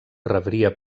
rebria